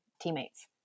teammates